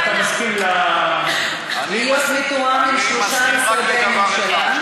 אז אתה מסכים, שלושה משרדי ממשלה.